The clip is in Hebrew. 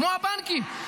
כמו הבנקים.